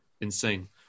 insane